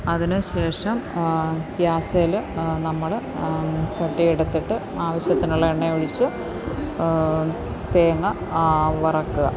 അതിനുശേഷം ഗ്യാസേല് നമ്മള് ചട്ടിയെടുത്തിട്ട് ആവശ്യത്തിനുള്ള എണ്ണയൊഴിച്ച് തേങ്ങ വറക്കുക